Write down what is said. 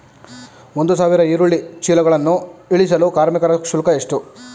ಒಂದು ಸಾವಿರ ಈರುಳ್ಳಿ ಚೀಲಗಳನ್ನು ಇಳಿಸಲು ಕಾರ್ಮಿಕರ ಶುಲ್ಕ ಎಷ್ಟು?